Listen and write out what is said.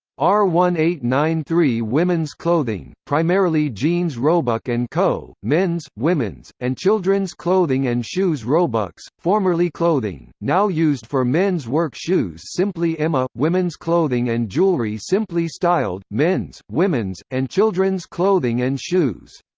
r one eight nine three women's clothing, primarily jeans roebuck and co. men's, women's, and children's clothing and shoes roebucks formerly clothing, now used for men's work shoes simply emma women's clothing and jewelry simply styled men's, women's, and children's clothing and shoes.